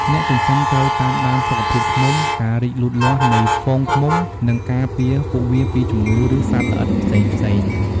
អ្នកចិញ្ចឹមត្រូវតាមដានសុខភាពឃ្មុំ ការរីកលូតលាស់នៃហ្វូងឃ្មុំ និងការពារពួកវាពីជំងឺ ឬសត្វល្អិតផ្សេងៗ។